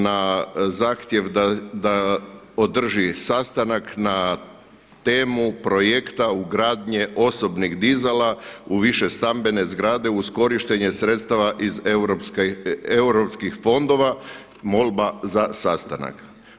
Na zahtjev da održi sastanak na temu projekta ugradnje osobnih dizala u više stambene zgrade uz korištenje sredstava iz Europskih fondova, molba za sastanak.